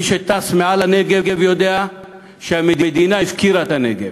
מי שטס מעל הנגב יודע שהמדינה הפקירה את הנגב.